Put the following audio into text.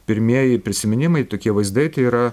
pirmieji prisiminimai tokie vaizdai tai yra